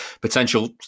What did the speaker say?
potential